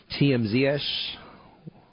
TMZ-ish